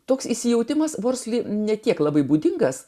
toks įsijautimas vorsli ne tiek labai būdingas